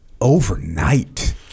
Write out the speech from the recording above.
overnight